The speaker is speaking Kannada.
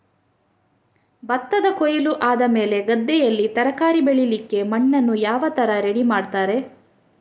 ಭತ್ತದ ಕೊಯ್ಲು ಆದಮೇಲೆ ಗದ್ದೆಯಲ್ಲಿ ತರಕಾರಿ ಬೆಳಿಲಿಕ್ಕೆ ಮಣ್ಣನ್ನು ಯಾವ ತರ ರೆಡಿ ಮಾಡ್ತಾರೆ?